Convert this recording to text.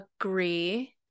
agree